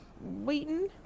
Waiting